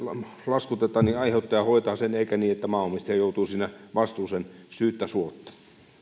laskutetaan niin aiheuttaja hoitaa sen eikä niin että maanomistaja joutuu siinä vastuuseen syyttä suotta